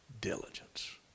diligence